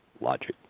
logic